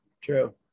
True